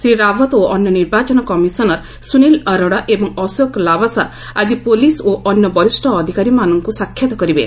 ଶ୍ରୀ ରାବତ୍ ଓ ଅନ୍ୟ ନିର୍ବାଚନ କମିଶନର ସୁନୀଲ ଅରୋଡା ଏବଂ ଅଶୋକ ଲାବାସା ଆଜି ପୋଲିସ ଓ ଅନ୍ୟ ବରିଷ୍ଠ ଅଧିକାରୀମାନଙ୍କୁ ସାକ୍ଷାତ କରିବେ